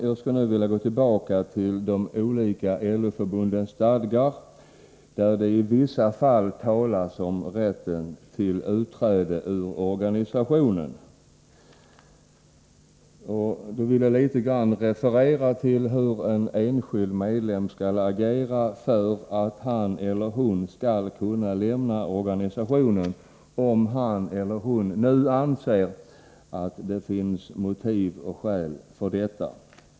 Jag skall nu gå tillbaka till de olika LO-förbundens stadgar, där det i vissa fall talas om rätten till utträde ur organisationen. Jag vill då referera litet till hur en enskild medlem skall agera för att han eller hon skall kunna lämna organisationen, om han eller hon nu anser att det finns motiv och skäl för detta.